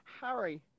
Harry